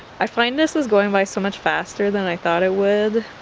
i find this is going by so much faster than i thought it would